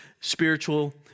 spiritual